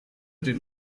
den